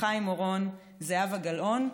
חיים אורון וזהבה גלאון,